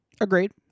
Agreed